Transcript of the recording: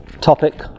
topic